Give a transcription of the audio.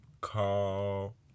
call